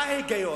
מה ההיגיון?